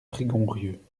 prigonrieux